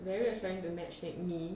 barry was trying to matchmake me